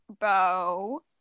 Bo